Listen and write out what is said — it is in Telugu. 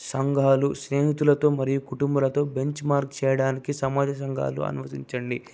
సంఘాలు స్నేహితులతో మరియు కుటుంబాలతో బెంచ్ మార్క్ చేయడానికి సమాజ సంఘాలు అనుసరించండి